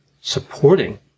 supporting